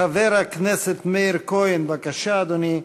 חבר הכנסת מאיר כהן, בבקשה, אדוני.